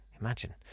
Imagine